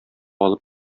алып